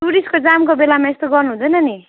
टुरिस्टको जामको बेलामा यस्तो गर्नु हुँदैन नि